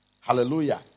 Hallelujah